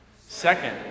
Second